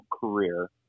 career